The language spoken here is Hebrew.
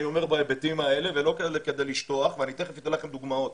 אני אומר בהיבטים האלה ואני תכף אתן לכם דוגמאות.